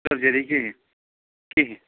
surgery کِہیٖنٛۍ کِہیٖنٛۍ